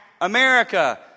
America